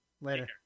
Later